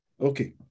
Okay